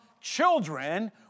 children